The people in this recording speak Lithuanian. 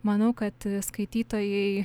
manau kad skaitytojai